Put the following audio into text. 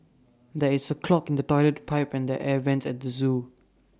there is A clog in the Toilet Pipe and the air Vents at the Zoo